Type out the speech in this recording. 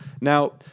Now